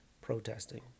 protesting